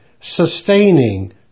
sustaining